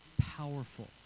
powerful